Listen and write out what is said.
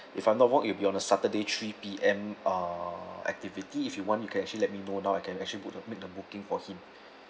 if I'm not wrong it will be on uh saturday three P_M uh activity if you want you can actually let me know now I can actually book a make a booking for him